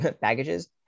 baggages